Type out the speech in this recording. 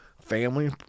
family